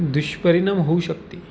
दुष्परिणाम होऊ शकते